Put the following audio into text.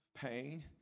Pain